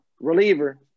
Reliever